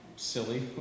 silly